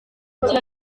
gihe